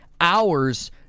hours